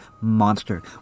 monster